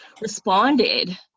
responded